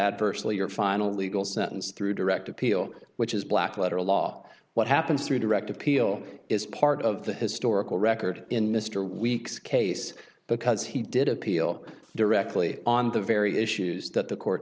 adversely your final legal sentence through direct appeal which is black letter law what happens through direct appeal is part of the historical record in mr weeks case because he did appeal directly on the very issues that the court